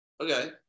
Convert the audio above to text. Okay